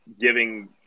giving